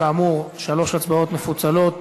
כאמור, שלוש הצבעות מפוצלות,